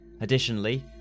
Additionally